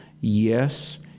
Yes